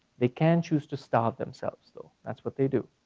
they can choose to starve themselves, though. that's what they do.